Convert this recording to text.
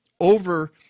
over